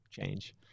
change